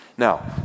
Now